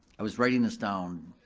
i was writing this down,